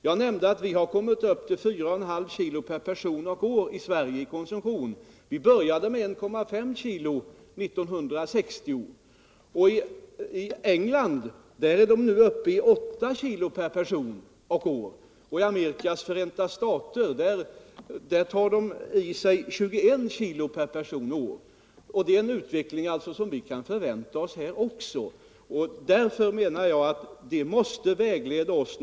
Jag nämnde att konsumtionen har kommit upp till 4,5 kg per person och år i Sverige. Vi började med 1,5 kg år 1960. I England är de nu uppe i 8 kg per person och år, och i Amerikas förenta stater sätter de i sig 21 kg per person och år. Det är en utveckling som vi så småningom bör kunna förvänta oss här också.